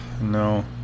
No